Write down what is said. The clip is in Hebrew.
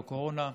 לא קורונה.